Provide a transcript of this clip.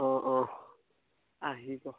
অঁ অঁ আহিব